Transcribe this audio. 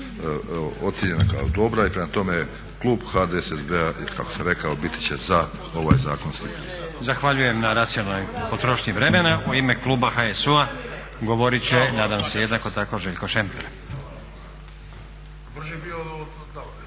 ocijenjena kao dobra i prema tome klub HDSSB-a kako sam rekao biti će za ovaj zakonski prijedlog. **Stazić, Nenad (SDP)** Zahvaljujem na racionalnoj potrošnji vremena. U ime kluba HSU-a govorit će nadam se jednako tako Željko Šemper.